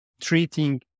treating